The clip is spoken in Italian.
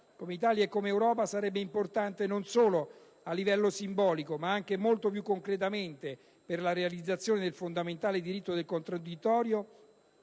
come Italia e come Europa sarebbe importante, non solo a livello simbolico, ma anche molto più concretamente per la realizzazione del fondamentale diritto al contraddittorio,